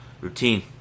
routine